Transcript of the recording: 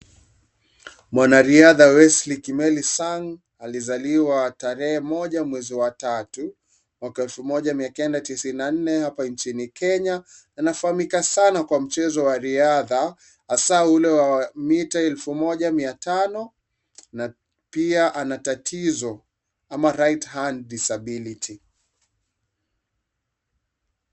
Mwanariadha Wesley Kimeni sang' ,alizaliwa tarehe 01/03/1994,hapa inchini Kenya, na anafahamika sana kwa mchezo wa riadha hasa ule wa mita elfu moja mia tano na pia ana tatizo ama right hand disability .